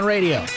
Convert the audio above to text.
Radio